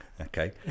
Okay